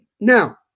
Now